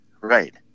right